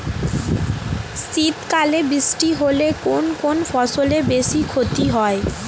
শীত কালে বৃষ্টি হলে কোন কোন ফসলের বেশি ক্ষতি হয়?